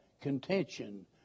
contention